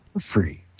Free